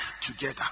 together